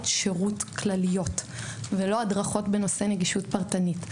שירות כלליות ולא הדרכות בנושא נגישות פרטנית,